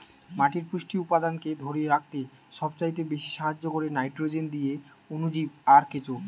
মাটির পুষ্টি উপাদানকে ধোরে রাখতে সবচাইতে বেশী সাহায্য কোরে নাইট্রোজেন দিয়ে অণুজীব আর কেঁচো